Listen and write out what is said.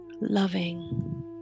loving